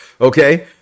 okay